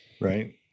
Right